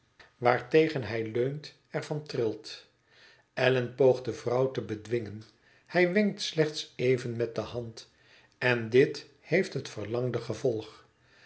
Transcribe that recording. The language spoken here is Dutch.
waartegen hij leunt er van trilt allan poogt de vrouw te bedwingen hij wenkt slechts even met de hand en dit heeft het verlangde gevolg